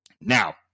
Now